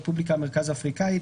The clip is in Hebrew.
הרפובליקה המרכז אפריקנית,